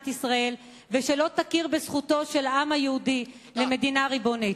ישראל ושלא תכיר בזכותו של העם היהודי למדינה ריבונית.